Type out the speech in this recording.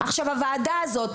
עכשיו הוועדה הזאת,